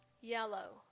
yellow